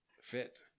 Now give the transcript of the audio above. fit